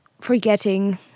forgetting